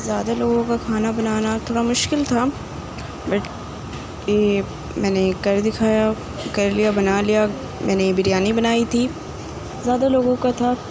زیادہ لوگوں کا کھانا بنانا تھوڑا مشکل تھا بٹ یہ میں نے کر دکھایا کر لیا بنا لیا میں نے بریانی بنائی تھی زیادہ لوگوں کا تھا